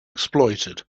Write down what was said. exploited